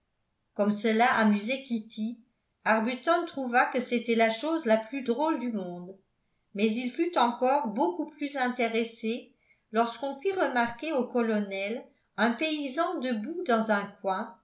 comme cela amusait kitty arbuton trouva que c'était la chose la plus drôle du monde mais il fut encore beaucoup plus intéressé lorsqu'on fit remarquer au colonel un paysan debout dans un coin